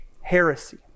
heresy